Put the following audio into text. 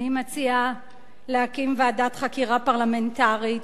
אני מציעה להקים ועדת חקירה פרלמנטרית